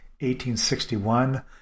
1861